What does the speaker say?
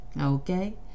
okay